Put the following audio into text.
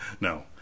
No